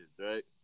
right